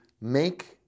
make